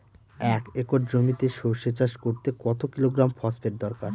এক একর জমিতে সরষে চাষ করতে কত কিলোগ্রাম ফসফেট দরকার?